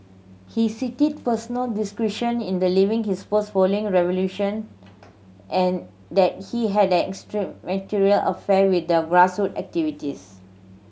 he cited personal discretion in the leaving his post following revelation and that he had an extramarital affair with the grass root activists